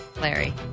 Larry